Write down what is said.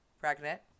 pregnant